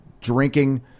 drinking